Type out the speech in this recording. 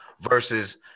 Versus